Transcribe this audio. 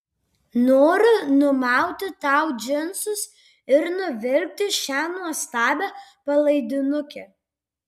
noriu numauti tau džinsus ir nuvilkti šią nuostabią palaidinukę